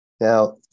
Now